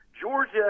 Georgia